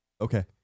Okay